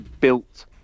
built